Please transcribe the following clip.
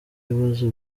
ibibazo